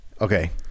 Okay